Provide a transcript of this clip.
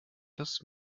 das